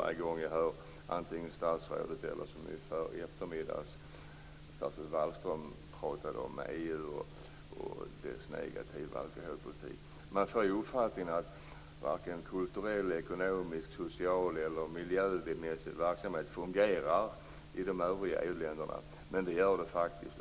Varje gång jag hör statsrådet Östros eller, som i eftermiddags, socialminister Wallström tala om EU och dess negativa alkoholpolitik får jag uppfattningen att kulturell, ekonomisk, social och miljömässig verksamhet inte fungerar i de övriga EU-länderna, men det gör den faktiskt.